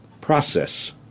process